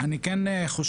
בדיקת מיקום,